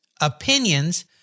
opinions